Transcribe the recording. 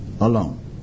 alone